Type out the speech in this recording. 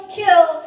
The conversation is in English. kill